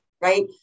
right